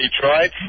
Detroit